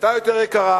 היתה יותר יקרה,